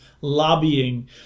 lobbying